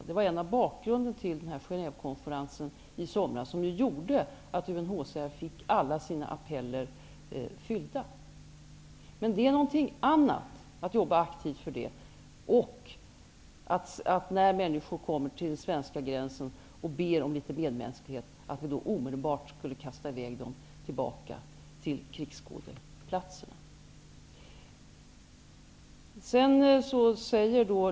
Det var en del av bakgrunden till Genè vekonferensen i somras, som ju gjorde att UNHCR fick alla sina appeller tillgodosedda. Men det är något annat att jobba aktivt för det än att vi, när människor kommer till den svenska gränsen och ber om litet medmänsklighet, ome delbart skulle förpassa dem tillbaka till krigsskå deplatserna.